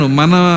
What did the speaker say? mana